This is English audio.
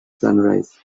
sunrise